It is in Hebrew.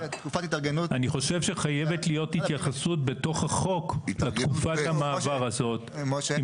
אני חושב שבתך החוק חייבת להיות התייחסות לתקופת המעבר הזאת עם